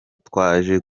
twaje